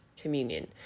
communion